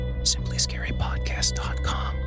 SimplyScaryPodcast.com